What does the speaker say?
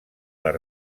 les